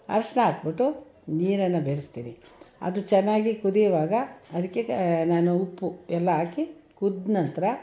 ಅರಶಿನ ಹಾಕ್ಬಿಟ್ಟು ನೀರನ್ನು ಬೆರೆಸ್ತೀನಿ ಅದು ಚೆನ್ನಾಗಿ ಕುದಿಯುವಾಗ ಅದಕ್ಕೆ ನಾನು ಉಪ್ಪು ಎಲ್ಲ ಹಾಕಿ ಕುದ್ದ ನಂತರ